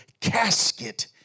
casket